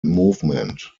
movement